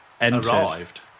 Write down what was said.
arrived